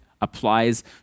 applies